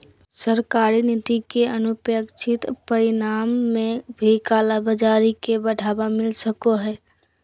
सरकारी नीति के अनपेक्षित परिणाम में भी कालाबाज़ारी के बढ़ावा मिल सको हइ